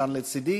כאן לצדי,